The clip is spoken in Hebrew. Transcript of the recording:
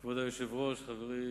היושב-ראש, חברי